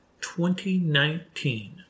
2019